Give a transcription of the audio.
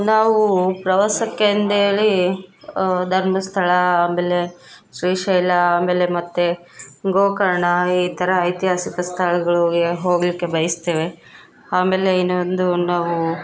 ನಾವು ಪ್ರವಾಸಕ್ಕೆಂದೇಳಿ ಧರ್ಮಸ್ಥಳ ಆಮೇಲೆ ಶ್ರೀಶೈಲ ಆಮೇಲೆ ಮತ್ತು ಗೋಕರ್ಣ ಈ ಥರ ಐತಿಹಾಸಿಕ ಸ್ಥಳಗಳಿಗೆ ಹೋಗಲಿಕ್ಕೆ ಬಯಸ್ತೇವೆ ಆಮೇಲೆ ಇನ್ನೊಂದು ನಾವು